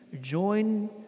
join